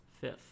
fifth